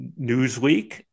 Newsweek